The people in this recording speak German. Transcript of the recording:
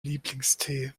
lieblingstee